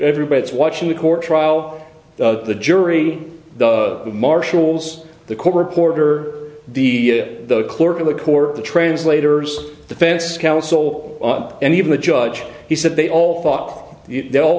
everybody is watching the court trial the jury the marshals the court reporter the the clerk of the court the translators defense counsel and even the judge he said they all thought they